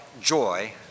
joy